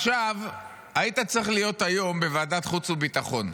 היית צריך להיות היום בוועדת החוץ והביטחון,